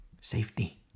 Safety